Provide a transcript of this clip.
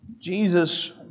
Jesus